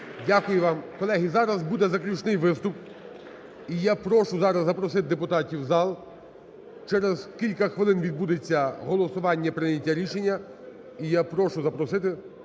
Дякую вам. Колеги, зараз буде заключний виступ, і я прошу зараз запросити депутатів в зал, через кілька хвилин відбудеться голосування і прийняття рішення, і я прошу запросити